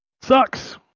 Sucks